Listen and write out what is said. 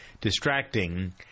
distracting